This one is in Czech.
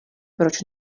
proč